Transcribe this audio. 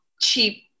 cheap